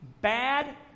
Bad